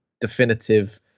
definitive